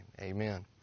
Amen